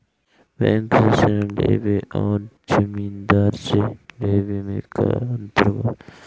Bank से ऋण लेवे अउर जमींदार से लेवे मे का अंतर बा?